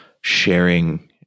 sharing